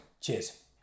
cheers